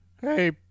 Hey